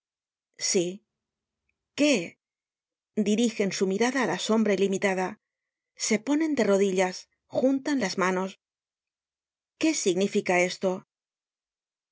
sí qué dirigen su mirada á la sombra ilimitada se ponen de rodillas juntan las manos qué significa esto